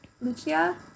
Lucia